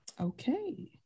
Okay